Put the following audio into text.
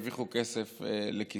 הרוויחו כסף לכיסם.